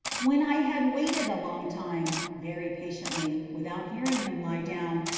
when i had waited a long time, very patiently, without hearing him lie down,